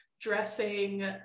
dressing